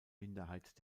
minderheit